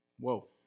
Whoa